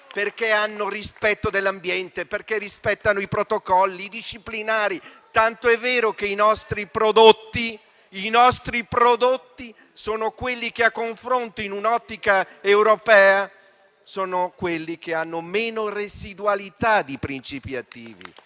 perché hanno rispetto dell'ambiente, perché rispettano i protocolli e i disciplinari. E ciò è tanto vero che i nostri prodotti sono quelli che, messi a confronto in un'ottica europea, presentano meno residualità di principi attivi.